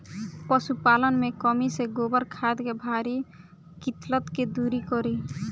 पशुपालन मे कमी से गोबर खाद के भारी किल्लत के दुरी करी?